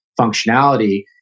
functionality